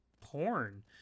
porn